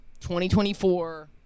2024